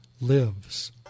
lives